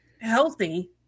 healthy